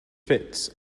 fit